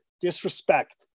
disrespect